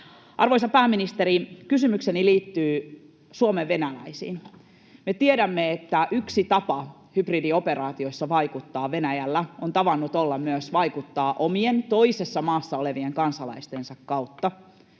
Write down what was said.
Arvoisa pääministeri, kysymykseni liittyy Suomen venäläisiin. Me tiedämme, että Venäjällä yksi tapa vaikuttaa hybridioperaatioissa on tavannut olla myös vaikuttaminen omien, toisessa maassa olevien kansalaistensa kautta.